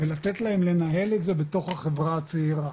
ולתת להם לנהל את זה בתוך החברה הצעירה.